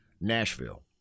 Nashville